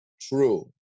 True